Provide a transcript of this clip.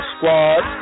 Squad